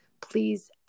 please